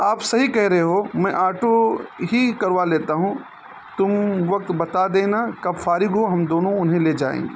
آپ صحیح کہہ رہے ہو میں آٹو ہی کروا لیتا ہوں تم وقت بتا دینا کب فارغ ہو ہم دونوں انہیں لے جائیں گے